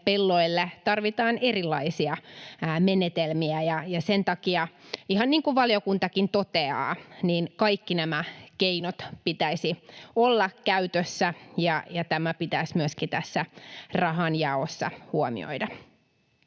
pelloille tarvitaan erilaisia menetelmiä. Sen takia, ihan niin kuin valiokuntakin toteaa, kaikkien näiden keinojen pitäisi olla käytössä, ja tämä pitäisi myöskin tässä rahanjaossa huomioida.